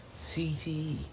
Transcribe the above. CTE